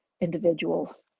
individuals